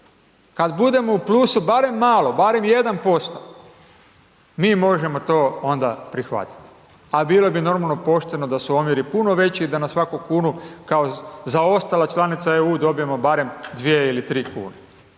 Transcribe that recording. Kad budemo u plusu barem malo, barem 1% mi možemo to onda prihvatiti, a bilo bi normalno pošteno da su omjeri puno veći i da na svaku kunu kao zaostala članica EU dobijemo barem 2 ili 3 kune.